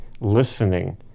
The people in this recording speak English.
listening